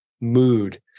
mood